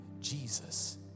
Jesus